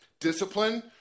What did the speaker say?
Discipline